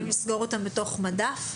לסגור אותן בתוך מדף?